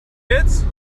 jetzt